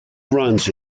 runs